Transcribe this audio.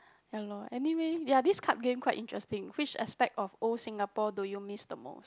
ya lor anyway ya this card game quite interesting which aspect of old Singapore do you miss the most